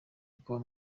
uko